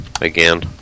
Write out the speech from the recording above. again